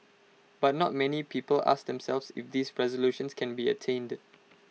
but not many people ask themselves if these resolutions can be attained